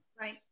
Right